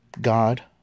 God